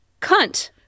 cunt